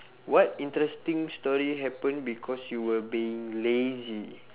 what interesting story happened because you were being lazy